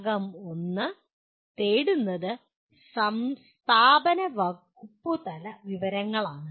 ഭാഗം 1 തേടുന്നുത് സ്ഥാപന വകുപ്പുതല വിവരങ്ങളാണ്